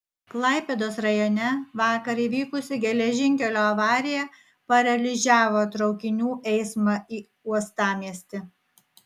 klaipėdos rajone vakar įvykusi geležinkelio avarija paralyžiavo traukinių eismą į uostamiestį